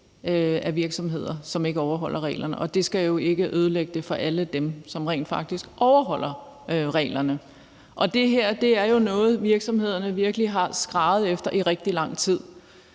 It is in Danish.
af virksomhederne, som ikke overholder reglerne, og det skal jo ikke ødelægge det for alle dem, som rent faktisk overholder reglerne. Det her er jo noget, som virksomhederne virkelig har skreget på i rigtig lang tid,